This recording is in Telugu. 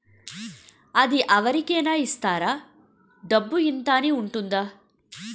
అది అవరి కేనా ఇస్తారా? డబ్బు ఇంత అని ఉంటుందా?